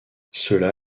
cela